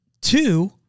Two